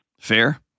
fair